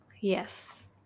Yes